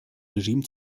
regime